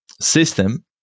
system